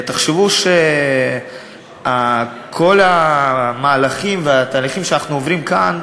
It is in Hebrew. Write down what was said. תחשבו שכל המהלכים והתהליכים שאנחנו עוברים כאן,